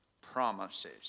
promises